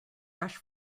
rush